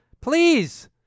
please